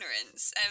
ignorance